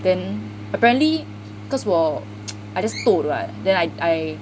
then apparently because cause 我 I just toh right then I I